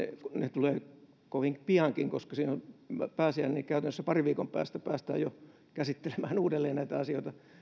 ne tulevat kovin piankin koska siinä on pääsiäinen eli käytännössä parin viikon päästä päästään jo käsittelemään uudelleen näitä asioita